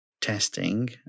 testing